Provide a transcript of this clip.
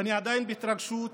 ואני עדיין בהתרגשות,